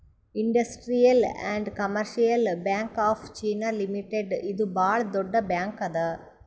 industrial and commercial bank of China limited ಇದು ಭಾಳ್ ದೊಡ್ಡ ಬ್ಯಾಂಕ್ ಅದಾ